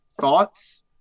Thoughts